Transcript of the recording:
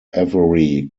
every